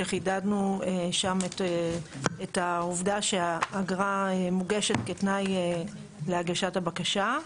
שחידדנו שם את העובדה שהאגרה מוגשת כתנאי להגשת הבקשה.